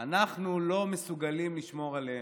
אנחנו לא מסוגלים לשמור עליהם,